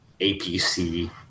APC